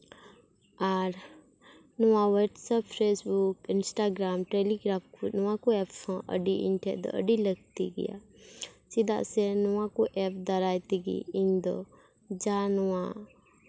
ᱟᱨ ᱱᱚᱣᱟ WhatsApp Facebook Instagram Telegram ᱱᱚᱣᱟ ᱠᱚ ᱮᱯᱥ ᱦᱚᱸ ᱤᱧ ᱴᱷᱮᱡ ᱫᱚ ᱟᱹᱰᱤ ᱞᱟᱹᱠᱛᱤ ᱜᱮᱭᱟ ᱪᱮᱫᱟᱜ ᱥᱮ ᱱᱚᱣᱟ ᱠᱚ ᱮᱯᱥ ᱫᱟᱨᱟᱭ ᱛᱮᱜᱮ ᱤᱧ ᱫᱚ ᱡᱟ ᱱᱚᱣᱟ